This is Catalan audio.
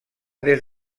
des